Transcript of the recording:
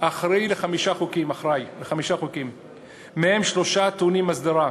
אחראי לחמישה חוקים, ומהם שלושה טעונים הסדרה.